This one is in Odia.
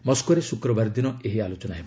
ମସ୍କୋରେ ଶୁକ୍ରବାର ଦିନ ଏହି ଆଲୋଚନା ହେବ